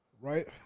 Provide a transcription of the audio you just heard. Right